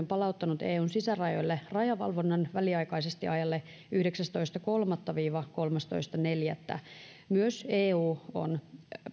palauttanut eun sisärajoille rajavalvonnan väliaikaisesti ajalle yhdeksästoista kolmatta viiva kolmastoista neljättä myös eu on